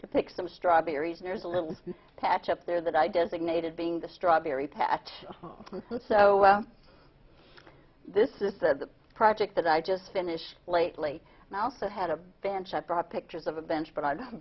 to pick some strawberries and there's a little patch up there that i designated being the strawberry patch so this is a project that i just finished lately and i also had a bench i brought pictures of a bench but i